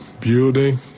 building